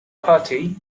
party